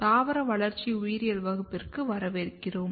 தாவர வளர்ச்சி உயிரியல் வகுப்பிற்கு வரவேற்கிறோம்